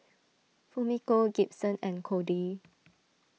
Fumiko Gibson and Codey